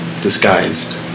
Disguised